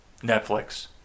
Netflix